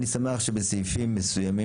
אני שמח שבסעיפים מסוימים,